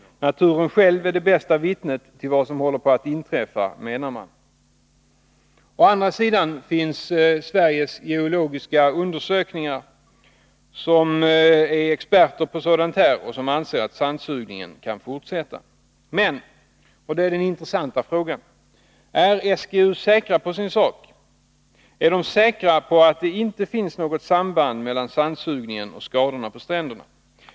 Naturen själv är det bästa vittnet till vad som håller på att inträffa, menar man. Å andra sidan finns Sveriges geologiska undersökning, som är expert på sådant här och som anser att sandsugningen kan fortsätta. Men - och det är den intressanta frågan — är SGU säker på sin sak? Är man säker på att det inte finns något samband mellan sandsugningen och skadorna påsstränderna?